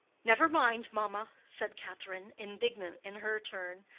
never mind, mamma, said catherine, indignant in her turn.